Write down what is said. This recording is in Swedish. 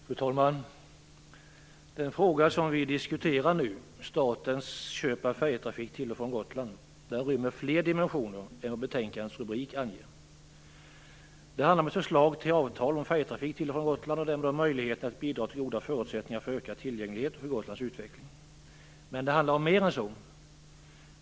Fru talman! Den fråga vi nu diskuterar, statens köp av färjetrafik till och från Gotland, rymmer fler dimensioner än vad betänkandets rubrik anger. Det handlar om ett förslag till avtal om färjetrafik till och från Gotland, och därmed möjligheten att bidra till goda förutsättningar för ökad tillgänglighet och för Gotlands utveckling. Men det handlar om mer än så.